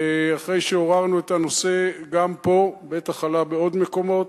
אחרי שעוררנו את הנושא גם פה והוא בטח עלה בעוד מקומות,